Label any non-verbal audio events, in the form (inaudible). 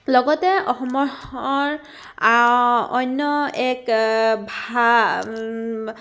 লগতে অসমৰ অন্য এক (unintelligible)